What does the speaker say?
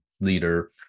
leader